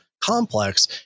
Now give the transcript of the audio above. complex